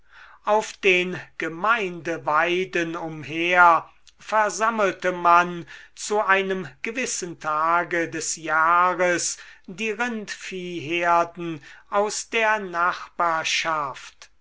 auf den gemeindeweiden umher versammelte man zu einem gewissen tage des jahres die rindviehherden aus der nachbarschaft